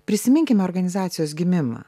prisiminkime organizacijos gimimą